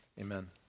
Amen